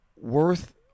worth